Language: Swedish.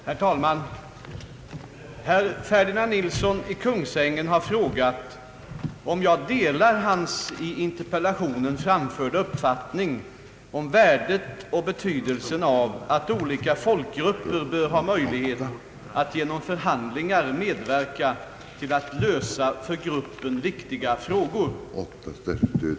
Herr talman! Herr Ferdinand Nilsson i Kungsängen har frågat om jag delar hans i interpellationen framförda uppfattning om värdet och betydelsen av att olika folkgrupper bör ha möjlighet att genom förhandlingar medverka till att lösa för gruppen viktiga frågor.